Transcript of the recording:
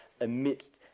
amidst